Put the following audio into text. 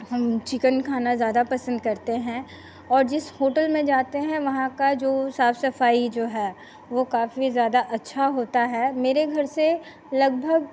हम चिकन खाना ज्यादा पसंद करते हैं और जिस होटल में जाते हैं वहाँ का जो साफ सफाई जो है वो काफी ज्यादा अच्छा होता है मेरे घर से लगभग